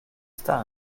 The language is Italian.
sta